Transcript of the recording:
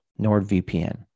NordVPN